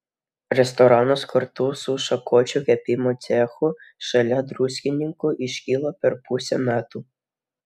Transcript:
restoranas kartu su šakočių kepimo cechu šalia druskininkų iškilo per pusę metų